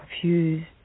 Confused